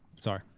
sorry